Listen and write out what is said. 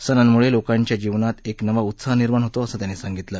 सणांम्ळे लोकांच्या जीवनात एक नवा उत्साह निर्माण होतो असं त्यांनी सांगितलं